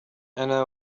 أنا